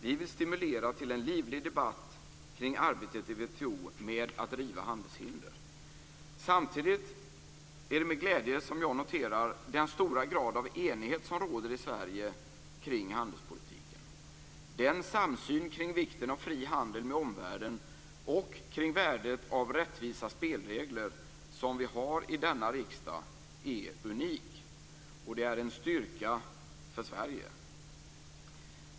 Vi vill stimulera till en livlig debatt kring arbetet i WTO med att riva handelshinder. Samtidigt är det med glädje som jag noterar den stora grad av enighet om råder i Sverige kring handelspolitiken. Den samsyn kring vikten av fri handel med omvärlden och kring värdet av rättvisa spelregler som vi har i denna riksdag är unik. Det är en styrka för Sverige.